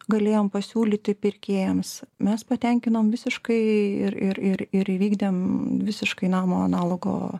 galėjom pasiūlyti pirkėjams mes patenkinom visiškai ir ir ir įvykdėm visiškai namo analogo